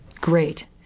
Great